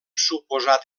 suposat